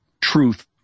truth